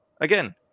again